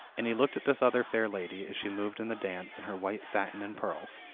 and he looked at this other fair lady, as she moved in the dance in her white satin and pearls,